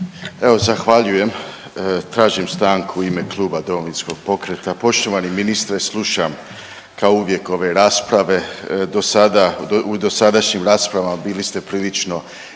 Evo, zahvaljujem. Tražim stanku u ime Kluba Domovinskog pokreta. Poštovani ministre, slušam kao uvijek ove rasprave, do sada, u dosadašnjim raspravama bili ste prilično